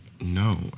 no